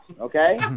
okay